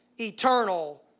eternal